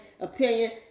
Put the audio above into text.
Opinion